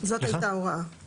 זאת הייתה ההוראה.